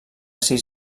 sis